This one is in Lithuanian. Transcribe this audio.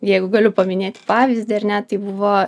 jeigu galiu paminėti pavyzdį ar ne tai buvo